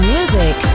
Music